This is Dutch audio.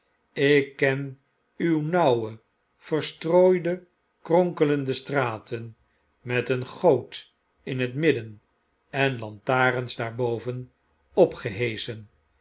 ik ken uw nauwe verstrooide kronkelende straten met een goot in het midden en lantaarns daarboven opgeheschen